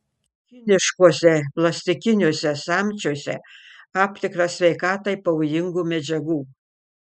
kiniškuose plastikiniuose samčiuose aptikta sveikatai pavojingų medžiagų